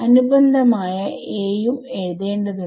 അനുബന്ധമായ as ഉം എഴുതേണ്ടതുണ്ട്